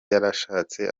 yarashatse